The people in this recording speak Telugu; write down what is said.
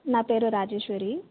నా పేరు రాజేశ్వరి